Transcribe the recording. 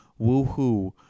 Woohoo